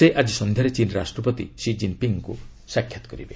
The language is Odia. ସେ ଆକି ସନ୍ଧ୍ୟାରେ ଚୀନ୍ ରାଷ୍ଟ୍ରପତି ଷି ଜିନ୍ପିଙ୍ଗ୍ଙ୍କୁ ସାକ୍ଷାତ କରିବେ